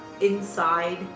inside